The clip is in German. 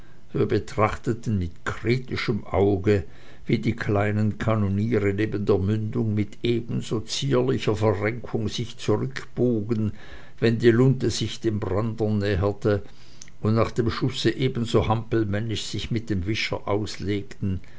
betrachteten mit kritischem auge wie die kleinen kanoniere neben der mündung mit ebenso zierlicher verrenkung sich zurückbogen wenn die lunte sich dem brander näherte und nach dem schusse ebenso hampelmännisch sich mit dem wischer auslegten